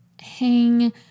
hang